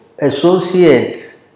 Associate